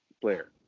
player